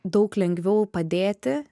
daug lengviau padėti